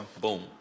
Boom